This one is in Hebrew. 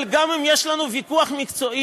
אבל גם אם יש לנו ויכוח מקצועי,